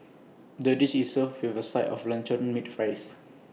the dish is served with A side of luncheon meat fries